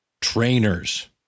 trainers